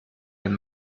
ein